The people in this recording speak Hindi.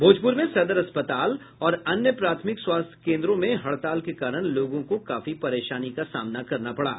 भोजप्र में सदर अस्पताल और अन्य प्राथमिक स्वास्थ्य केन्द्रों में हड़ताल के कारण लोगों को काफी परेशानी का सामना करना पड़ा